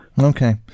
Okay